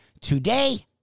today